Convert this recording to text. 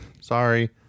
Sorry